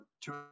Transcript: two